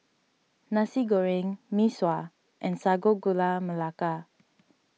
Nasi Goreng Mee Sua and Sago Gula Melaka